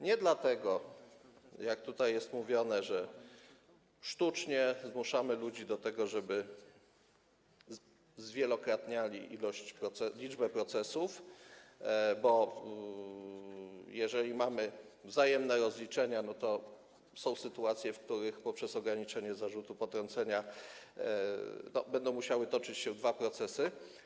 Nie dlatego, jak jest tutaj mówione, że sztucznie zmuszamy ludzi do tego, żeby zwielokrotniali liczbę procesów, bo jeżeli mamy wzajemne rozliczenia, to są sytuacje, w których poprzez ograniczenia zarzutu potrącenia będą musiały toczyć się dwa procesy.